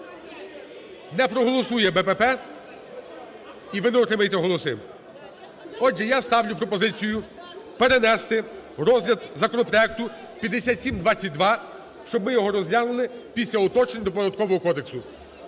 Порошенка" , і ви не отримаєте голоси. Отже, я ставлю пропозицію: перенести розгляд законопроекту 5722, щоб ми його розглянули після уточнень до Податкового кодексу.